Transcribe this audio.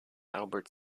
albert